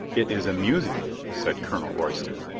it is amusing, said colonel royston.